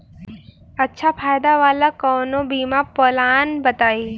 अच्छा फायदा वाला कवनो बीमा पलान बताईं?